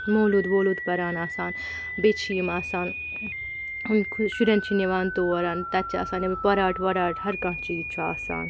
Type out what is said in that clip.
مولوٗد وولوٗد پَران آسان بیٚیہِ چھِ یِم آسان شُرٮ۪ن چھِ نِوان تور تَتہِ چھِ آسان یِم پَراٹ وراٹ ہَر کانٛہہ چیٖز چھُ آسان